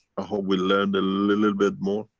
hope we learned a little bit more.